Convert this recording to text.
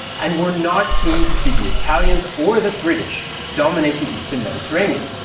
and were not keen to see the italians or the british dominate the eastern mediterranean.